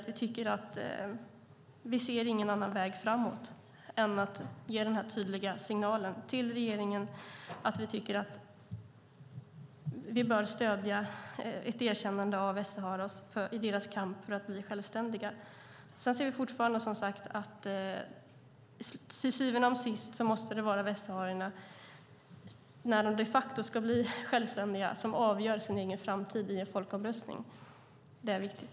Vi ser ingen annan väg framåt än att ge den här tydliga signalen till regeringen, att vi tycker att vi bör stödja ett erkännande av Västsahara och deras kamp för att bli självständiga. Sedan anser vi fortfarande som sagt att det till syvende och sist måste vara västsaharierna som de facto när de ska bli självständiga avgör sin egen framtid i en folkomröstning. Det är viktigt.